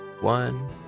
one